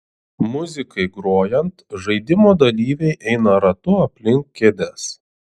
muzikai grojant žaidimo dalyviai eina ratu aplink kėdes